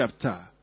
chapter